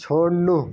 छोड्नु